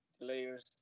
players